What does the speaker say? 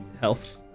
health